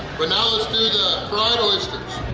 but now let's do the fried oysters!